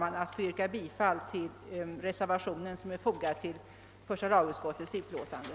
Jag ber att få yrka bifall till den reservation som är fogad vid första lagutskottets utlåtande.